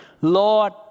Lord